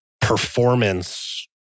performance